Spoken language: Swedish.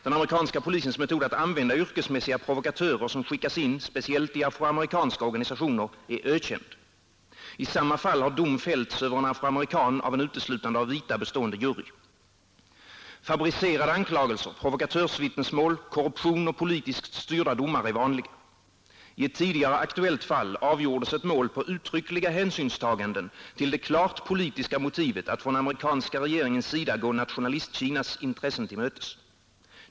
Den amerikanska polisens metod att använda yrkesmässiga provokatörer som skickas in speciellt i afroamerikanska organisationer är ökänd. I samma fall har dom fällts över en afroamerikan av en uteslutande av vita bestående jury. Fabricerade anklagelser, provokatörsvittnesmål, korruption och politiskt styrda domar är vanliga. I ett tidigare aktuellt fall avgjordes ett mål på uttryckliga hänsynstaganden till det klart politiska motivet att från amerikanska regeringens sida gå Nationalistkinas intressen till mötes.